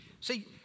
See